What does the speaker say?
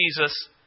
Jesus